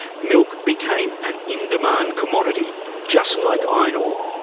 milk became an in-demand commodity just like iron ore.